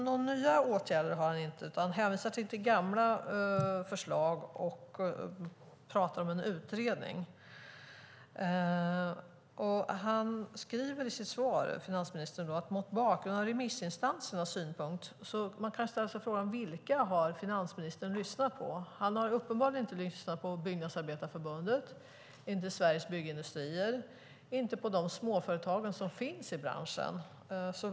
Några nya åtgärder har han inte, utan han hänvisar till gamla förslag och nämner en utredning. Finansministern hänvisade i sitt svar till remissinstansernas synpunkter. Vilka har finansministern lyssnat på? Han har uppenbarligen inte lyssnat på Byggnadsarbetareförbundet, inte på Sveriges Byggindustrier och inte på de småföretag som finns i branschen.